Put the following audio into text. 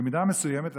במידה מסוימת,